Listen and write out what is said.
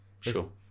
Sure